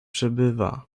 przebywa